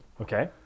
okay